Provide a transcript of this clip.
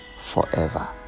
forever